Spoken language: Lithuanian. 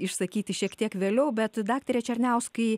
išsakyti šiek tiek vėliau bet daktare černiauskai